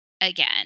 again